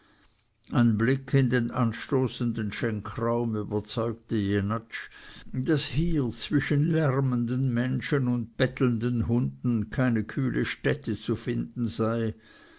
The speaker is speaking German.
ein blick in den anstoßenden schenkraum überzeugte jenatsch daß hier zwischen lärmenden menschen und bettelnden hunden keine kühle stätte zu finden sei